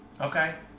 Okay